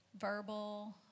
verbal